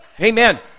Amen